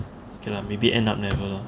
okay lah maybe end up never lah